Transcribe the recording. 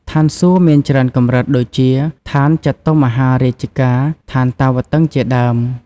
ឋានសួគ៌មានច្រើនកម្រិត ដូចជា ឋានចាតុម្មហារាជិកា ឋានតាវត្តិង្ស ជាដើម។